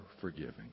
forgiving